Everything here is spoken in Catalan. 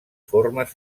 formes